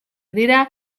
dira